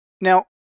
Now